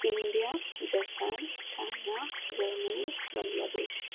India Japan China Germany Bangladesh